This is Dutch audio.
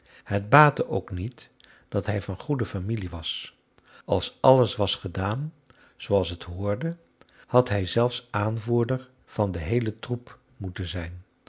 het baatte ook niet dat hij van goede familie was als alles was gegaan zooals het behoorde had hij zelfs aanvoerder van den heelen troep moeten zijn